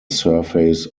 surface